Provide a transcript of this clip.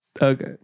Okay